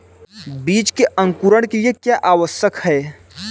बीज के अंकुरण के लिए क्या आवश्यक है?